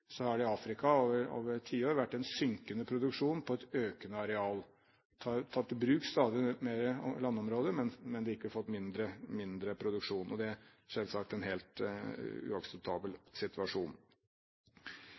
har det i Afrika over ti år vært en synkende produksjon på et økende areal. Det er tatt i bruk stadig mer landområder, men man har likevel fått mindre produksjon. Det er selvsagt en helt uakseptabel